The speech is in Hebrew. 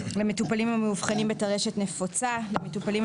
(AIDS); (4) למטופלים המאובחנים בטרשת נפוצה (Multiple Sclerosis);